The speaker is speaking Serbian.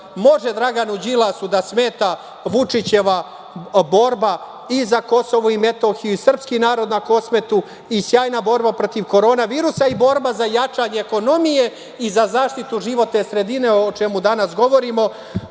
Može Draganu Đilasu da smeta Vučićeva borba i za Kosovo i Metohiju i srpski narod na Kosmetu, i sjajna borba protiv korona virusa, i borba za jačanje ekonomije i za zaštitu životne sredine o čemu danas govorimo,